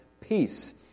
peace